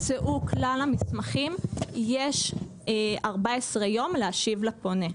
מרגע שהומצאו כלל המסמכים יש 14 יום להשיב לפונה.